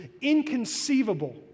inconceivable